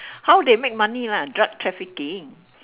how they make money lah drug trafficking